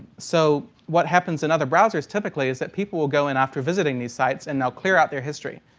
so what happens in other browsers typically is that people will go in after visiting these sites and now clear out their history.